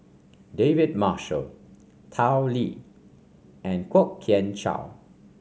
David Marshall Tao Li and Kwok Kian Chow